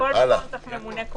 בכל מקום צריך ממונה קורונה?